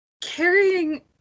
carrying